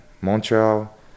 Montreal